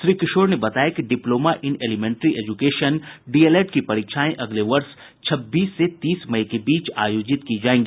श्री किशोर ने बताया कि diploma in elementary education DElEd की परीक्षाएं अगले वर्ष छब्बीस से तीस मई के बीच आयोजित की जायेगी